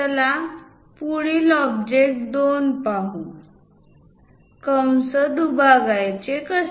चला पुढील ऑब्जेक्ट 2 पाहू कंस दुभागायचे कसे